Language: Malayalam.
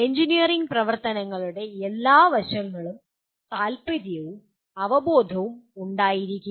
എഞ്ചിനീയറിംഗ് പ്രവർത്തനങ്ങളുടെ എല്ലാ വശങ്ങളിലും താൽപ്പര്യവും അവബോധവും ഉണ്ടായിരിക്കുക